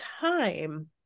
time